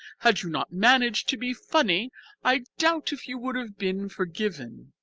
had you not managed to be funny i doubt if you would have been forgiven.